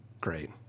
Great